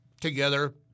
together